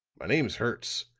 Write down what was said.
my name's hertz.